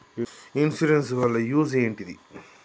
Insurance వాళ్ల use ఏంటిది?